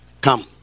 come